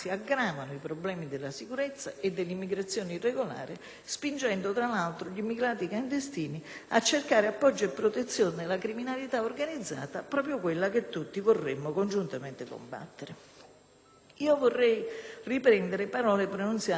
a cercare appoggio e protezione nella criminalità organizzata, proprio quella che tutti vorremmo congiuntamente combattere. Vorrei riprendere parole pronunziate da un esponente della maggioranza, universalmente apprezzato, il senatore Pisanu, che è stato Ministro dell'interno